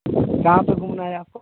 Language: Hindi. कहाँ पे घूमना है आपको